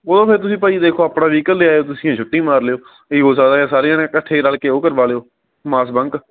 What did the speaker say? ਉਹ ਤਾਂ ਫਿਰ ਤੁਸੀਂ ਭਾਅ ਜੀ ਦੇਖੋ ਆਪਣਾ ਵਹੀਕਲ ਲੈ ਆਇਓ ਤੁਸੀਂ ਜਾਂ ਛੁੱਟੀ ਮਾਰ ਲਿਓ ਇਹ ਹੀ ਹੋ ਸਕਦਾ ਸਾਰੇ ਜਾਣੇ ਇਕੱਠੇ ਰਲ ਕੇ ਉਹ ਕਰਵਾ ਲਿਓ ਮਾਸ ਬੰਕ